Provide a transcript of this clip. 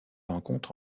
rencontre